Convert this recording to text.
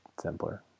simpler